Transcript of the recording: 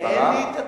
אין לי התיק,